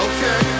Okay